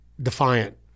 defiant